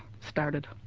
started